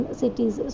cities